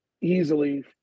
easily